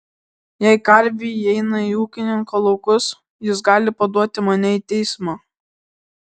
jei karvė įeina į ūkininko laukus jis gali paduoti mane į teismą